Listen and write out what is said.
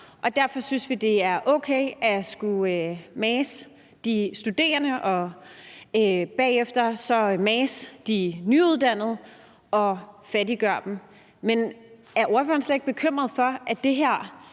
og derfor synes vi, det er okay at skulle mase de studerende og bagefter mase de nyuddannede og fattiggøre dem. Men er ordføreren slet ikke bekymret, i forhold til at det her